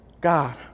God